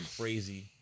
crazy